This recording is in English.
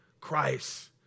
Christ